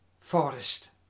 forest